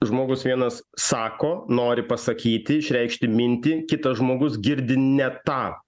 žmogus vienas sako nori pasakyti išreikšti mintį kitas žmogus girdi ne tą